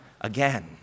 again